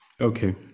Okay